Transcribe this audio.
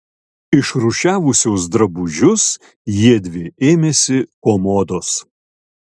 išrūšiavusios drabužius jiedvi ėmėsi komodos